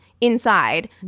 Inside